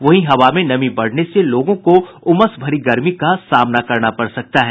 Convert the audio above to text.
वहीं हवा में नमी बढ़ने से लोगों को उमस भरी गर्मी का सामना करना पड़ सकता है